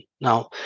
Now